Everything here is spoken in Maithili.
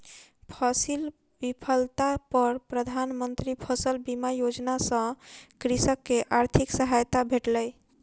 फसील विफलता पर प्रधान मंत्री फसल बीमा योजना सॅ कृषक के आर्थिक सहायता भेटलै